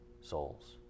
souls